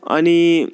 अनि